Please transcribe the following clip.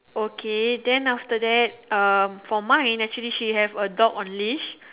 okay then after that um for mine actually she have a dog on leash